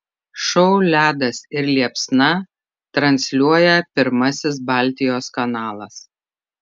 šou ledas ir liepsna transliuoja pirmasis baltijos kanalas